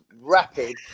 rapid